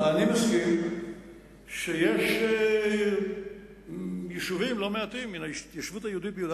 אני מסכים שיש יישובים לא מעטים מן ההתיישבות היהודית ביהודה